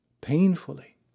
painfully